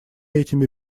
этими